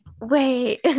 Wait